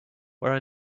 where